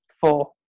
Four